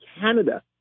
Canada